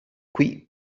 qui